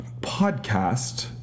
podcast